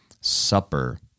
supper